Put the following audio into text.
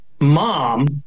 mom